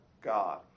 God